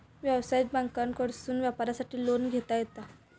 व्यवसायिक बँकांकडसून व्यापारासाठी लोन घेता येता